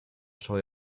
toy